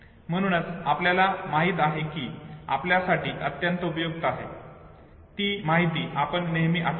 म्हणूनच आपल्याला माहित आहे की ती आपल्यासाठी अत्यंत उपयुक्त आहे ती माहिती आपण नेहमी आठवतो